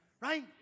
Right